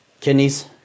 Kidneys